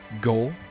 goal